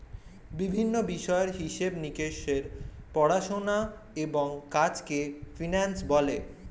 বিভিন্ন বিষয়ের হিসেব নিকেশের পড়াশোনা এবং কাজকে ফিন্যান্স বলে